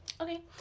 Okay